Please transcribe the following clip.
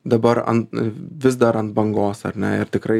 dabar ant vis dar ant bangos ar ne ir tikrai